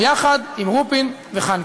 ביחד עם רופין וחנקין.